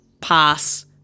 pass